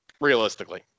Realistically